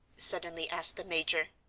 suddenly asked the major.